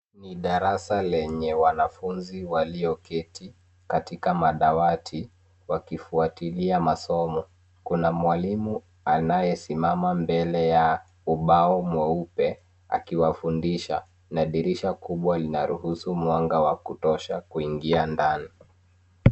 Ni darasa lenye wanafunzi walioketi katika madawati wakifuatilia masomo. Kuna mwalimu anayesimama mbele ya ubao mweupe, akiwafundisha, na dirisha kubwa linaruhusu mwanga wa kutosha kuingia ndani.